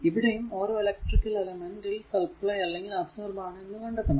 ഇവിടെയും ഓരോ ഇലക്ട്രിക്കൽ എലെമെന്റിൽ സപ്ലൈ അല്ലെങ്കിൽ അബ്സോർബ് ആണോ എന്നും കണ്ടെത്തണം